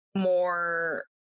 more